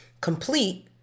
complete